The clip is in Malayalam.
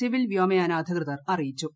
സിവിൽ വ്യോമയാന അധികൃതർ അറിയിച്ചു